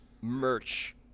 merch